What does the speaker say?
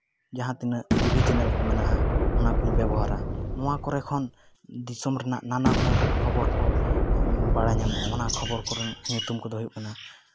ᱥᱟᱶᱛᱮ ᱡᱟᱦᱟᱸ ᱛᱤᱱᱟᱹᱜ ᱴᱤᱵᱷᱤ ᱪᱮᱱᱮᱞ ᱠᱚ ᱢᱮᱱᱟᱜᱼᱟ ᱚᱱᱟ ᱠᱚᱧ ᱵᱮᱵᱚᱦᱟᱨᱟ ᱱᱚᱣᱟ ᱠᱚᱨᱮ ᱠᱷᱚᱱ ᱫᱤᱥᱚᱢ ᱨᱮᱱᱟᱜ ᱱᱟᱱᱟ ᱦᱩᱱᱟᱹᱨ ᱠᱷᱚᱵᱚᱨ ᱠᱚ ᱵᱟᱲᱟᱭ ᱧᱟᱢᱚᱜᱼᱟ ᱚᱱᱟ ᱠᱷᱚᱵᱚᱨ ᱠᱚᱨᱮᱱᱟᱜ ᱧᱩᱛᱩᱢ ᱠᱚᱫᱚ ᱦᱩᱭᱩᱜ ᱠᱟᱱᱟ